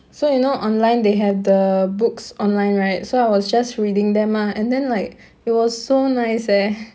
so you know online they have the books online right so I was just reading them mah and then like it was so nice eh